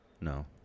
No